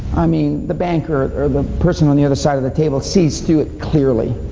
i mean the banker, or the person on the other side of the table sees through it clearly.